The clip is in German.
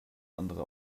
andere